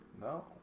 No